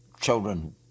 children